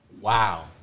Wow